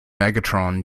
megatron